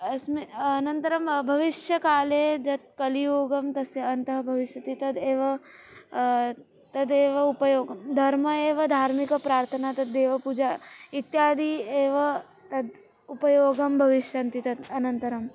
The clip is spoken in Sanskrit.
अस्मि अनन्तरं भविष्यकाले यत् कलियुगं तस्य अन्तः भविष्यति तदेव तदेव उपयोगं धर्मः एव धार्मिकप्रार्थना तद् देवपूजा इत्यादि एव तद् उपयोगं भविष्यन्ति तत् अनन्तरम्